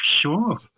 sure